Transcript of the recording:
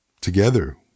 together